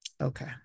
okay